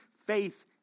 faith